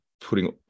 putting